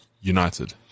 United